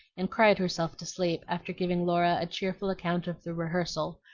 and cried herself to sleep after giving laura a cheerful account of the rehearsal,